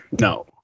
no